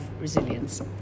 resilience